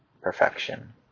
perfection